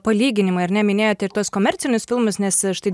palyginimą ar ne minėjote ir tuos komercinius filmus nes štai